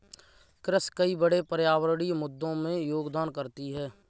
कृषि कई बड़े पर्यावरणीय मुद्दों में योगदान करती है